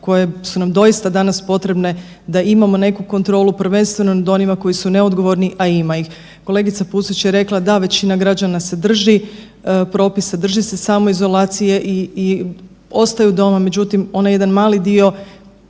koje su nam doista danas potrebne da imamo neku kontrolu, prvenstveno nad onima koji su neodgovorni, a ima ih. Kolegica Pusić je rekla, da većina građana se drži propisa, drži se samoizolacije i, i ostaju doma. Međutim, onaj jedan mali dio